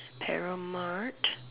para mart